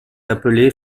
appelée